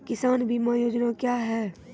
किसान बीमा योजना क्या हैं?